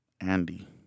Andy